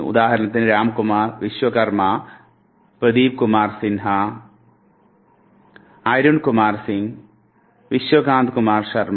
ഉദാഹരണത്തിന് രാംകുമാർ വിശ്വകർമ പ്രദീപ് കുമാർ സിൻഹ അരുൺ കുമാർ സിംഗ് വിശ്വകാന്ത് കുമാർ ശർമ